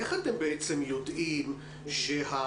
איך אתם בעצם יודעים שהפעילות